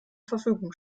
verfügung